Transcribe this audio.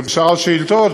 ושאר השאילתות,